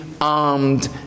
armed